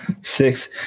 six